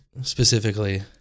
specifically